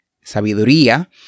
sabiduría